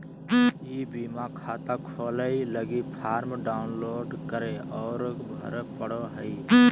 ई बीमा खाता खोलय लगी फॉर्म डाउनलोड करे औरो भरे पड़ो हइ